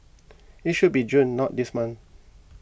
it should be June not this month